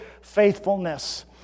faithfulness